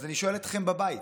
אז אני שואל אתכם בבית,